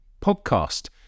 podcast